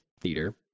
theater